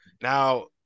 Now